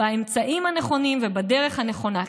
באמצעים הנכונים ובדרך הנכונה.